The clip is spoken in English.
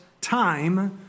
time